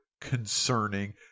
concerning